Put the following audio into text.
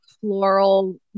floral